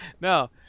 No